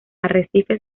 arrecifes